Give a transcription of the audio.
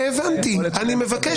את זה הבנתי.